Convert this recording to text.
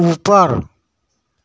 ऊपर